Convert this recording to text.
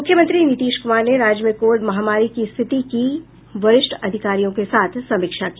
मुख्यमंत्री नीतीश कुमार ने राज्य में कोविड महामारी की स्थिति की वरिष्ठ अधिकारियों के साथ समीक्षा की